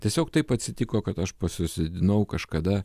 tiesiog taip atsitiko kad aš pasisodinau kažkada